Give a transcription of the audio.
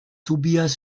tobias